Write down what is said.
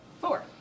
Four